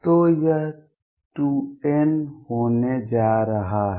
तो यह 2 n होने जा रहा है